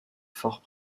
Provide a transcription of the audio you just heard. fort